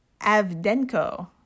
Avdenko